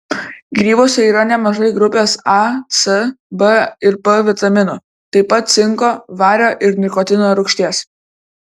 grybuose yra nemažai grupės a c b ir p vitaminų taip pat cinko vario ir nikotino rūgšties